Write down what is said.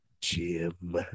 Jim